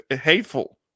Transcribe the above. hateful